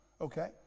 Okay